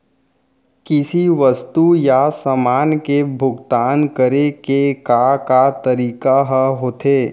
किसी वस्तु या समान के भुगतान करे के का का तरीका ह होथे?